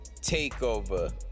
Takeover